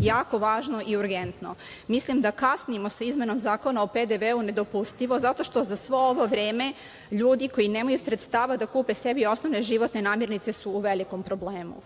jako važno i urgentno. Mislim da kasnimo sa izmenom Zakona o PDV-u, nedopustivo, zato što za sve ovo vreme ljudi koji nemaju sredstava da kupe sebi osnovne životne namirnice su u velikom problemu.